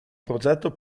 progetto